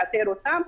לאתר אותם,